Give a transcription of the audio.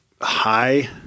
high